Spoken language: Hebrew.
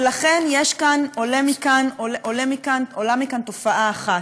ולכן עולה מכאן תופעה אחת,